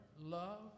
love